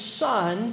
son